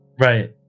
Right